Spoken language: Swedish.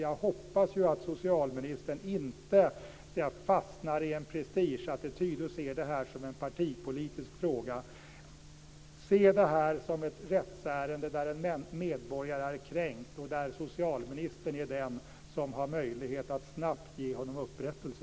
Jag hoppas ju att socialministern inte fastnar i en prestigeattityd och ser detta som en partipolitisk fråga. Se detta som ett rättsärende där en medborgare är kränkt och där socialministern är den som har möjlighet att snabbt ge honom upprättelse!